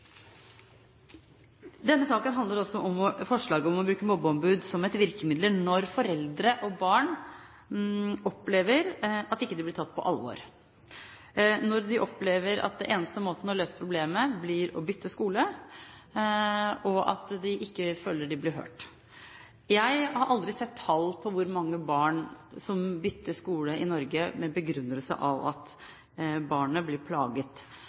Denne saken handler også om å bruke mobbeombud som et virkemiddel når foreldre og barn opplever at de ikke blir tatt på alvor, når de opplever at den eneste måten å løse problemet på blir å bytte skole, og når de ikke føler at de blir hørt. Jeg har aldri sett tall på hvor mange barn som bytter skole i Norge med den begrunnelse at de blir plaget,